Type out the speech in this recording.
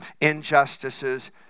injustices